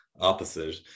opposite